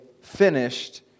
finished